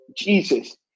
Jesus